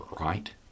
right